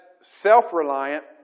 self-reliant